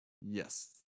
Yes